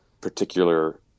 particular